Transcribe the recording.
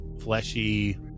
fleshy